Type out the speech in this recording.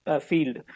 field